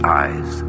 eyes